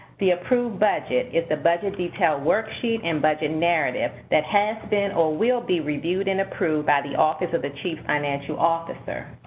the approved budget is the budget detail worksheet and budget narrative that has been or will be reviewed and approved by the office of the chief financial officer.